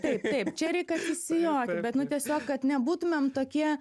taip taip čia reik atsisijoti bet nu tiesiog kad nebūtumėm tokie